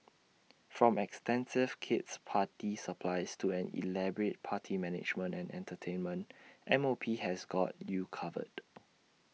from extensive kid's party supplies to an elaborate party management and entertainment M O P has got you covered